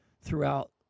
throughout